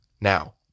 Now